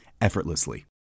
effortlessly